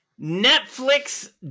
Netflix